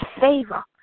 favor